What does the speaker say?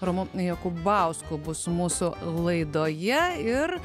romu jakubausku bus mūsų laidoje ir